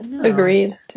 agreed